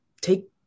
take